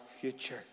future